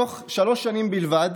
תוך שלוש שנים בלבד,